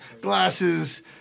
glasses